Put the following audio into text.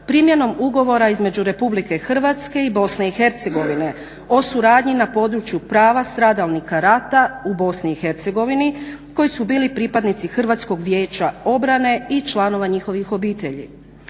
primjenom Ugovora između Republike Hrvatske i BiH o suradnji na području prava stradalnika rata u BiH koji su bili pripadnici Hrvatskog vijeća obrane i članova njihovih obitelji.